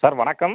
sir வணக்கம்